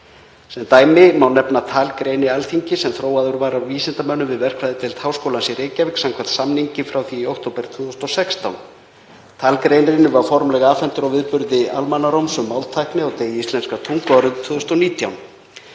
Sem dæmi má nefna talgreini Alþingis, sem þróaður var af vísindamönnum við verkfræðideild Háskólans í Reykjavík samkvæmt samningi við Alþingi frá því í október 2016. Talgreinirinn var formlega afhentur á viðburði Almannaróms um máltækni á degi íslenskrar tungu árið 2019.